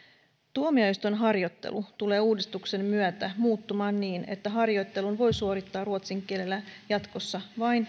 tuomioistuinharjoittelu tulee uudistuksen myötä muuttumaan niin että harjoittelun voi suorittaa ruotsin kielellä jatkossa vain